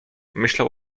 myślał